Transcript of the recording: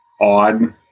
odd